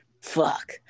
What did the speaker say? fuck